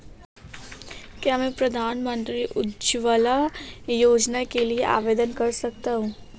क्या मैं प्रधानमंत्री उज्ज्वला योजना के लिए आवेदन कर सकता हूँ?